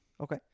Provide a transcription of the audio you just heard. Okay